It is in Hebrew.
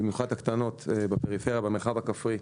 במיוחד הרשויות הקטנות בפריפריה במרחב הכפרי,